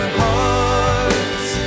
hearts